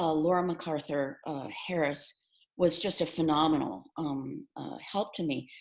ah laura macarthur harris was just a phenomenal um help to me.